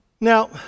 now